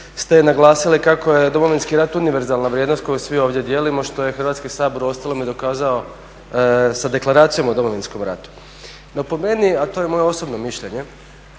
ste naglasili kako je Domovinski rat univerzalna vrijednost koju svi ovdje dijelimo što je Hrvatski sabor uostalom i dokazao sa deklaracijom o Domovinskom ratu. No po meni, a to je moje osobno mišljenje,